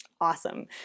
Awesome